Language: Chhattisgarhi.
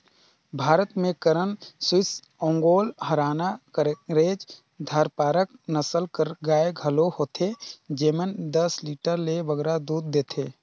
भारत में करन स्विस, ओंगोल, हराना, केकरेज, धारपारकर नसल कर गाय घलो होथे जेमन दस लीटर ले बगरा दूद देथे